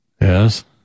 Yes